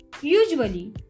Usually